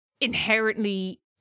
inherently